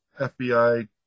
FBI